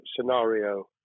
scenario